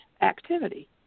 activity